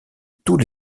tous